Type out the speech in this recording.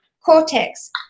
cortex